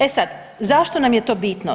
E sad zašto nam je to bitno?